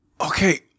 Okay